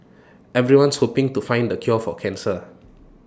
everyone's hoping to find the cure for cancer